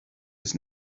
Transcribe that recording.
his